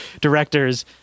directors